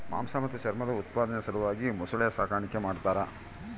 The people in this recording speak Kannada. ಮಾಂಸ ಮತ್ತು ಚರ್ಮದ ಉತ್ಪಾದನೆಯ ಸಲುವಾಗಿ ಮೊಸಳೆ ಸಾಗಾಣಿಕೆ ಮಾಡ್ತಾರ